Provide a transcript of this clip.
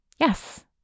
Yes